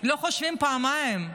לא חושבים פעמיים.